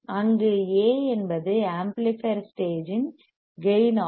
அங்கு A என்பது amplifier stage இன் கேயின் ஆகும்